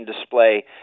display